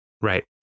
Right